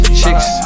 chicks